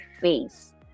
face